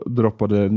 droppade